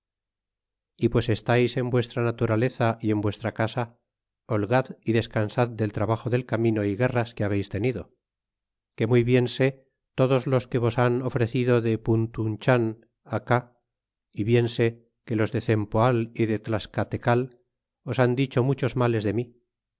e pues estais en vuestra naturaleza y en vuestra casa ho'gad y descansad del trabajo del camino y guerras que habeis tenido que muy bien sé todos los que se vos han ofrecido de puntunclian acá é bien sé que los de cempoal y de tlascaltecal os han dicho muchos males de mi no